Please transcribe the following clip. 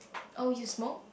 oh you smoke